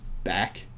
Back